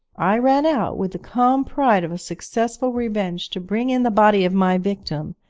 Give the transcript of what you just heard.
i ran out with the calm pride of a successful revenge to bring in the body of my victim,